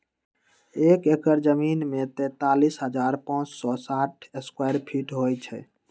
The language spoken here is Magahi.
एक एकड़ जमीन में तैंतालीस हजार पांच सौ साठ स्क्वायर फीट होई छई